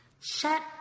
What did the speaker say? Shut